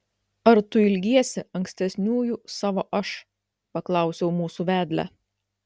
ar tu ilgiesi ankstesniųjų savo aš paklausiau mūsų vedlę